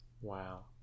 Wow